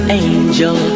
angel